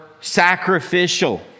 sacrificial